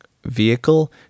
vehicle